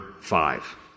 five